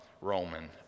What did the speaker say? Roman